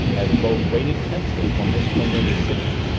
as both waited tensely for miss cornelia's signal,